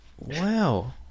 wow